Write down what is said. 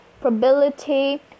probability